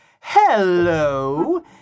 Hello